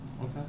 Okay